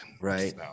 right